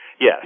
Yes